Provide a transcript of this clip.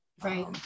right